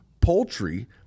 poultry